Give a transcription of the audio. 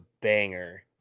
banger